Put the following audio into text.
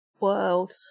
world